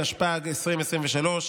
התשפ"ג 2023,